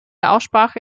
aussprache